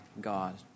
God